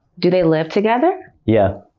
do they live together? yeah.